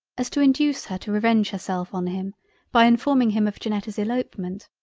as to induce her to revenge herself on him by informing him of janetta's elopement,